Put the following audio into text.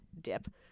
dip